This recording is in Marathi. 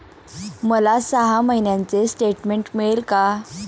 मला सहा महिन्यांचे स्टेटमेंट मिळेल का?